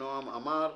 נעם עמיר,